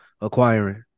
acquiring